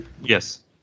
Yes